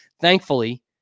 Thankfully